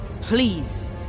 Please